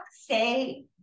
say